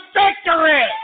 victory